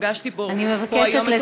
פגשתי פה היום, אני מבקשת לסיים.